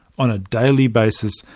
on a daily basis,